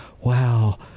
wow